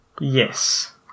Yes